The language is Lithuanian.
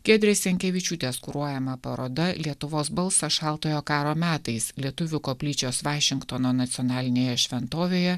giedrės jankevičiūtės kuruojama paroda lietuvos balsas šaltojo karo metais lietuvių koplyčios vašingtono nacionalinėje šventovėje